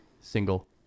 single